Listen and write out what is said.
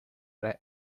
breve